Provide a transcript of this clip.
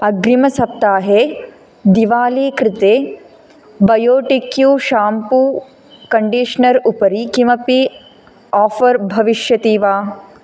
अग्रिमसप्ताहे दिवाली कृते Biotique shampoo conditioner उपरि किमपि आफ़र् भविष्यति वा